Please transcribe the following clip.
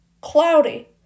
cloudy